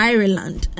Ireland